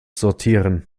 sortieren